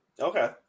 Okay